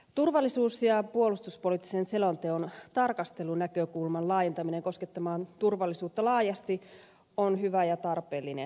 turvallisuus ja puolustuspoliittisen selonteon tarkastelunäkökulman laajentaminen koskettamaan turvallisuutta laajasti on hyvä ja tarpeellinen teko